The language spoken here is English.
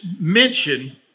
mention